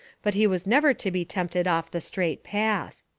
but he was never to be tempted off the straight path.